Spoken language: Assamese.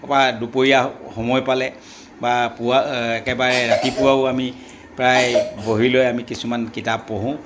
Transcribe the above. বা দুপৰীয়া সময় পালে বা পুৱা একেবাৰে ৰাতিপুৱাও আমি প্ৰায় বহিলৈ আমি কিছুমান কিতাপ পঢ়োঁ